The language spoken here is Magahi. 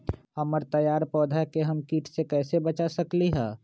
हमर तैयार पौधा के हम किट से कैसे बचा सकलि ह?